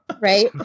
right